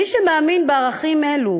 מי שמאמין בערכים אלו,